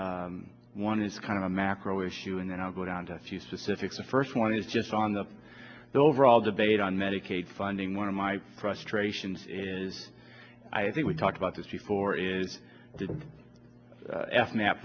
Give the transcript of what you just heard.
areas one is kind of a macro issue and then i'll go down to a few specifics the first one is just on the overall debate on medicaid funding one of my frustrations is i think we talked about this before is f map